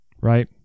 right